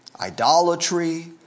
idolatry